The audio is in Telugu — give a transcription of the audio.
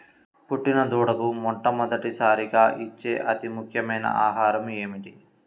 పుట్టిన దూడకు మొట్టమొదటిసారిగా ఇచ్చే అతి ముఖ్యమైన ఆహారము ఏంటి?